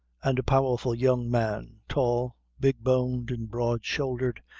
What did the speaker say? and a powerful young man, tall, big boned and broad shouldered,